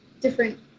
different